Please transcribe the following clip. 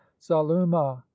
saluma